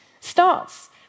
starts